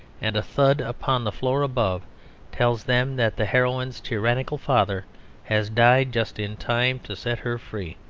and a thud upon the floor above tells them that the heroine's tyrannical father has died just in time to set her free.